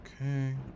Okay